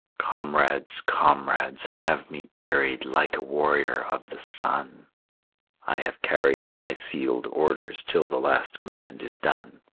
comrades, comrades, have me buried like a warrior of the sun i have carried my sealed orders till the last command is done.